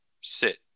sit